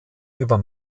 über